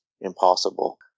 impossible